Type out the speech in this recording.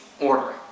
order